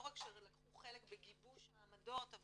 לא רק שלקחו חלק בגיבוש העמדות,